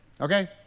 okay